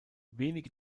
wenige